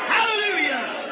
Hallelujah